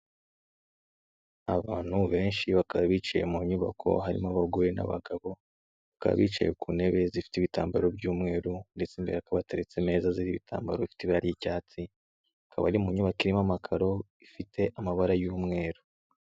Abantu benshi bakaba bicaye mu nyubako harimo abagore n'abagabo, bakaba bicaye ku ntebe zifite ibitambaro by'umweru ndetse imbere hakaba hataretse imeza ziriho ibitambaro bifite ibara ry'icyatsi, bakaba bari mu nyubako irimo amakaro ifite amabara y'umweru.